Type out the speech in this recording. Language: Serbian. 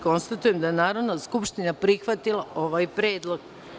Konstatujem da je Narodna skupština prihvatila ovaj predlog.